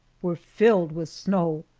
were filled with snow,